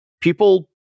people